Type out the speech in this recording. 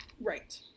right